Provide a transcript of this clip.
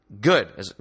Good